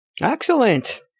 Excellent